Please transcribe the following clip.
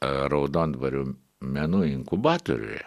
raudondvario menų inkubatoriuje